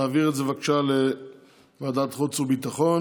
להעביר את זה לוועדת החוץ והביטחון.